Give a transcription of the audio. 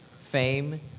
fame